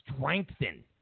strengthen